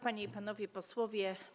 Panie i Panowie Posłowie!